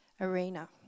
arena